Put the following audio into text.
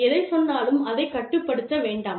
எதைச் சொன்னாலும் அதைக் கட்டுப்படுத்த வேண்டாம்